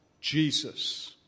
Jesus